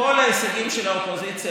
כל ההישגים של האופוזיציה,